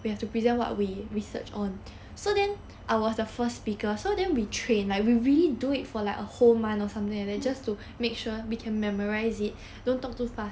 mm